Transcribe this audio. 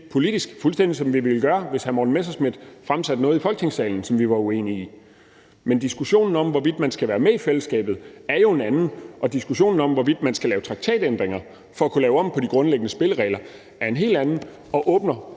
politisk, fuldstændig som vi ville gøre, hvis hr. Morten Messerschmidt fremsatte noget i Folketingssalen, som vi var uenige i. Men diskussionen om, hvorvidt man skal være med i fællesskabet, er jo en anden, og diskussionen om, hvorvidt man skal lave traktatændringer for at kunne lave om på de grundlæggende spilleregler, er en helt anden og åbner